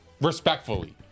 respectfully